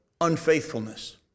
unfaithfulness